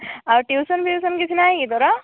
ଆଉ ଟ୍ୟୁସନ୍ ଫ୍ୟୁସନ୍ କିଛି ନାହିଁ କି ତୋର